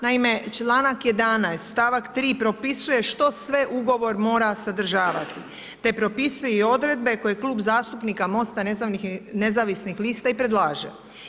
Naime, čl. 11. stavak 3 propisuje što sve ugovor mora sadržavati, te propisuje odredbe koje Klub zastupnika Mosta nezavisnih lista i predlaže.